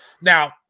Now